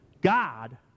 God